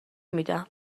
میدم